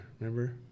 remember